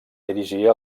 dirigir